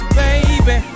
baby